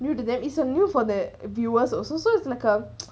new to them is a new for that viewers also so it's like a